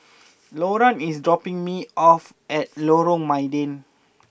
Loran is dropping me off at Lorong Mydin